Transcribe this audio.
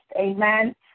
Amen